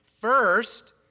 First